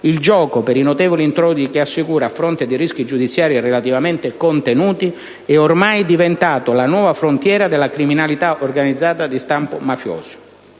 «il gioco, per i notevoli introiti che assicura a fronte di rischi "giudiziari" relativamente contenuti, è ormai diventato la nuova frontiera della criminalità organizzata di stampo mafioso».